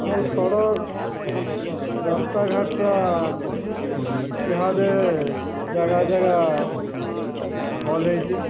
ଆମର୍ ସଡ଼କ ରାସ୍ତାଘାଟଟା ଇହାଦେ ଜାଗା ଜାଗା ଭଲ ହୋଇଛେ